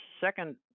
second